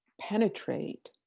penetrate